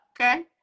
okay